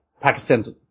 Pakistan's